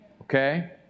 okay